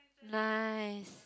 nice